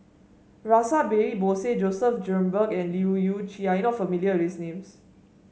Rash Behari Bose Joseph Grimberg and Leu Yew Chye You are not familiar with these names